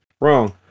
Wrong